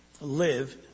live